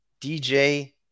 DJ